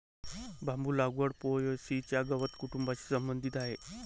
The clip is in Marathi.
बांबू लागवड पो.ए.सी च्या गवत कुटुंबाशी संबंधित आहे